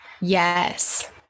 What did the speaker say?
yes